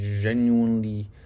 genuinely